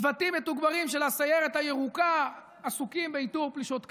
צוותים מתוגברים של הסיירת הירוקה עסוקים באיתור פלישות קרקע,